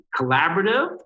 collaborative